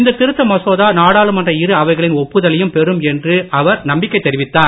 இந்த திருத்த மசோதா நாடாளுமன்ற இருஅவைகளின் ஒப்புதலையும் பெறும் என்று அவர் நம்பிக்கை தெரிவித்தார்